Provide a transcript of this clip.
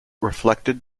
reflected